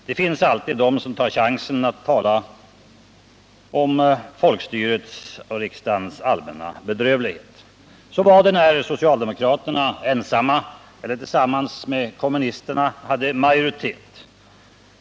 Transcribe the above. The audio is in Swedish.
Det finns alltid de som tar chansen att tala om folkstyrets och riksdagens allmänna bedrövlighet. Så var det när socialdemokraterna ensamma eller tillsammans med kommunisterna hade majoritet.